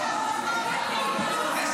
--- הוא לא יכול לעלות.